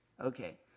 okay